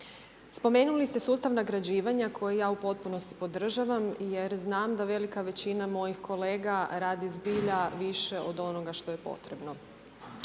Spomenuli ste sustav nagrađivanja, koji ja u postupnosti podržavam, jer znam da velika većina mojih kolega, radi zbilja više od onoga što je potrebno.